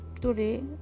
today